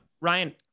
Ryan